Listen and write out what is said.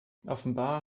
offenbar